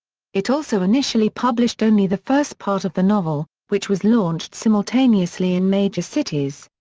it also initially published only the first part of the novel, which was launched simultaneously in major cities.